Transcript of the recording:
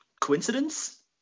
coincidence